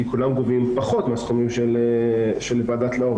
כי כולם גובים פחות מהסכומים של ועדת לאור,